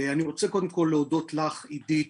אני רוצה להודות לך, עידית,